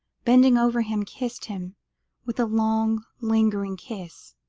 bending over him, kissed him with a long lingering kiss.